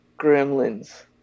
Gremlins